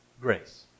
Grace